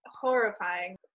horrifying